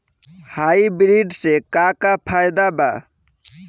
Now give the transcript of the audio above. Hybrid से का का फायदा बा?